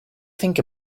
think